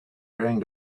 bearing